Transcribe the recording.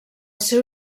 seu